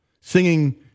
singing